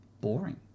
boring